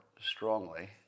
strongly